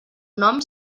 nom